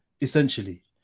essentially